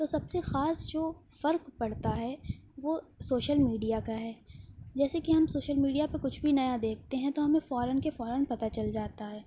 تو سب سے خاص جو فرق پڑتا ہے وہ سوشل میڈیا کا ہے جیسے کہ ہم سوشل میڈیا پر کچھ بھی نیا دیکھتے ہیں تو ہمیں فوراً کے فوراً پتا چل جاتا ہے